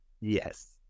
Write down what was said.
Yes